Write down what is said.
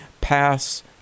pass